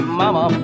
mama